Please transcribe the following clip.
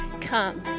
Come